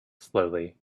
slowly